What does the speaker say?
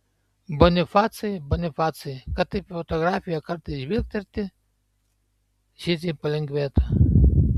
bonifacai bonifacai kad taip į fotografiją kartais žvilgterti širdžiai palengvėtų